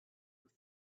have